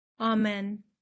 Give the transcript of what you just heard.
Amen